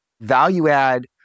Value-add